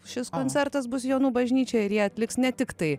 šis koncertas bus jonų bažnyčioj ir jie atliks ne tik tai